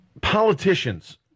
politicians